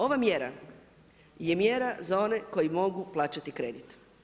Ova mjera je mjera za one koji mogu plaćati kredit.